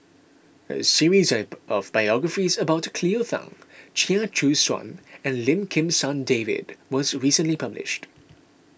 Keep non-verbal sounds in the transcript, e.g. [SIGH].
a series [NOISE] of biographies about Cleo Thang Chia Choo Suan and Lim Kim San David was recently published